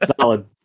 Solid